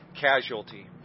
casualty